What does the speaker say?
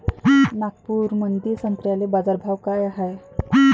नागपुरामंदी संत्र्याले बाजारभाव काय हाय?